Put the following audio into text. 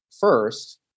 first